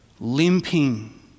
limping